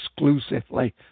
exclusively